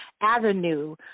avenue